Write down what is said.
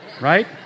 right